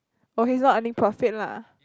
okay so earning profit lah